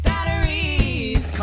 Batteries